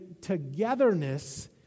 togetherness